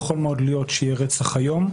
יכול מאוד להיות שיהיה רצח היום,